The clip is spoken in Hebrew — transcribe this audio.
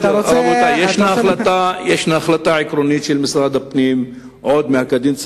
יש החלטה עקרונית של משרד הפנים עוד מהקדנציה